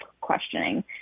questioning